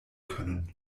können